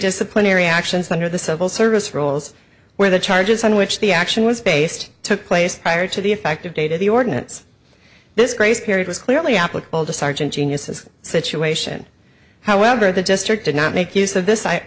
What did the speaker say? the plenary actions under the civil service rules where the charges on which the action was based took place either to the effective date of the ordinance this grace period was clearly applicable to sergeant genius's situation however the gist or did not make use of this i